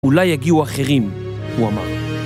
אולי יגיעו אחרים, הוא אמר.